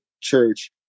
church